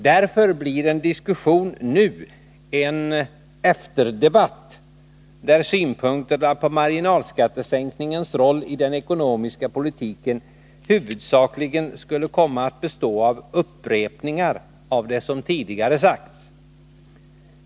Därför blir en diskussion nu en ”efterdebatt”, där synpunkterna på marginalskattesänkningens roll i den ekonomiska politiken huvudsakligen skulle komma att bestå av upprepningar av det som tidigare sagts.